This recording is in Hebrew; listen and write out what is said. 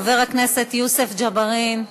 חבר הכנסת יוסף ג'בארין,